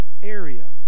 area